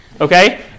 Okay